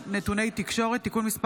נתוני תקשורת) (תיקון מס'